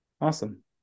Awesome